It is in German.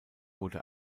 wurde